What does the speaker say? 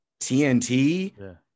TNT